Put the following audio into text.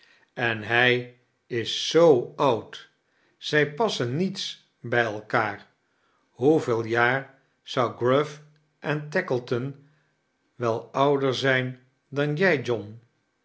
en hij is zoo oud zij passen niets bij elkaar hoeveel jaar zou gruff en tackleton wel ouder zijn dan jij john